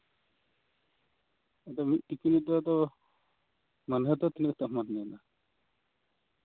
ᱟᱫᱚ ᱢᱤᱫ ᱛᱤᱠᱤᱱ ᱫᱚ ᱟᱫᱚ ᱢᱟᱹᱱᱦᱟᱹ ᱫᱚ ᱛᱤᱱᱟᱹᱜ ᱛᱟᱞᱦᱮᱢ ᱮᱢᱟ